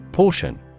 Portion